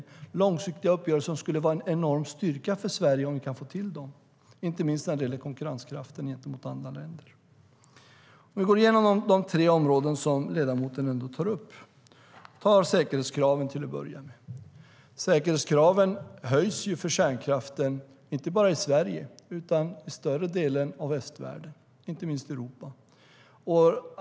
Om vi kunde få till långsiktiga uppgörelser skulle det vara en enorm styrka för Sverige, inte minst när det gäller konkurrenskraften gentemot andra länder. Ledamoten tog upp tre områden. Först har vi säkerhetskraven. Säkerhetskraven för kärnkraften höjs både i Sverige och i större delen av västvärlden, inte minst i Europa.